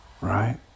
Right